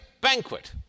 banquet